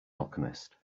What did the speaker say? alchemist